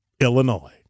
Illinois